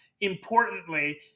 importantly